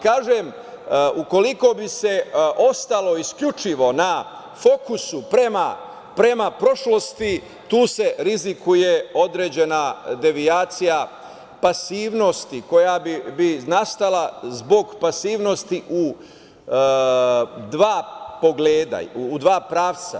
Kažem, ukoliko bi se ostalo isključivo na fokusu prema prošlosti, tu se rizikuje određena devijacija pasivnosti koja bi nastala zbog pasivnosti u dva pravca.